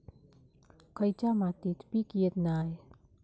खयच्या मातीत पीक येत नाय?